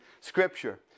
Scripture